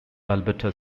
alberta